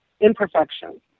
imperfection